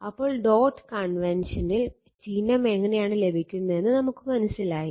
അപ്പോൾ ഡോട്ട് കൺവെൻഷനിൽ ചിഹ്നം എങ്ങനെയാണ് ലഭിക്കുന്നതെന്ന് നമുക്ക് മനസ്സിലായി